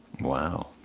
Wow